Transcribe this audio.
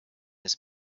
his